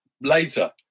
later